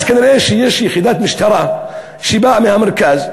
כנראה יחידת משטרה שבאה מהמרכז,